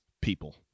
people